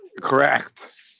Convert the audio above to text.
Correct